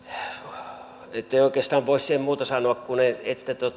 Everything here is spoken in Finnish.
ja yksimielisesti ei voi oikeastaan siihen muuta sanoa kuin sen että